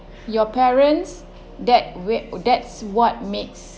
your parents that wh~ that's what makes